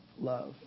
love